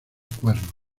cuernos